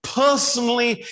personally